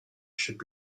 should